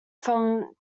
from